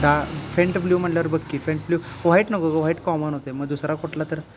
डा faint blue म्हणल्यावर बघ की फेंट ब्लू व्हाईट नको गं व्हाईट कॉमन होतं आहे मग दुसरा कुठला तर